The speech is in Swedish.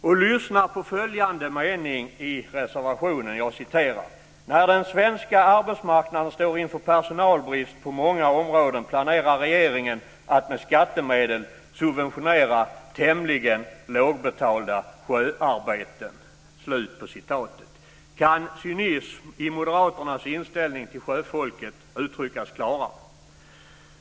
Och lyssna på följande mening i reservationen: "När den svenska arbetsmarknaden står inför personalbrist på många områden planerar regeringen att med skattemedel subventionera tämligen lågbetalda sjöarbeten." Kan cynismen i moderaternas inställning till sjöfolket uttryckas klarare?